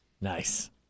Nice